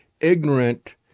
ignorant